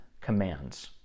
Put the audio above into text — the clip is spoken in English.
commands